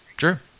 sure